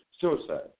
suicide